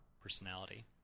personality